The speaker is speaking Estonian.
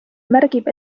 märgib